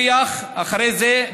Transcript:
אחרי זה,